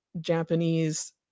Japanese